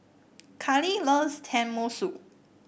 Kali loves Tenmusu